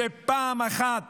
שפעם אחת